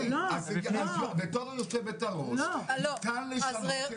בתור יושבת הראש מותר לשנות.